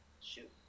shoot